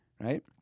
right